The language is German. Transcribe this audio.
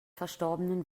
verstorbenen